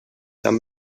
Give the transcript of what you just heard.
tan